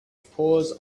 paws